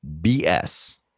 BS